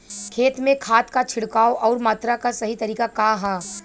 खेत में खाद क छिड़काव अउर मात्रा क सही तरीका का ह?